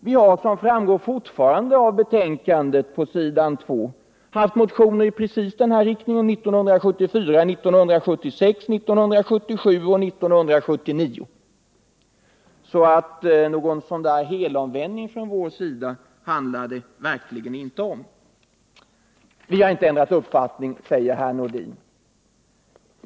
Vi har, som likaledes framgår av s. 2i betänkandet, väckt motioner i exakt samma riktning 1974, 1976, 1977 och 1979. Någon helomvändning från vår sida handlar det alltså verkligen inte om. Vi har inte ändrat uppfatting, säger herr Nordin.